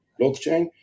blockchain